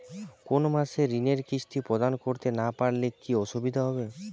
কোনো মাসে ঋণের কিস্তি প্রদান করতে না পারলে কি অসুবিধা হবে?